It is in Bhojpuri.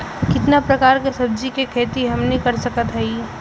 कितना प्रकार के सब्जी के खेती हमनी कर सकत हई?